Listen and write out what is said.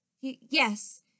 Yes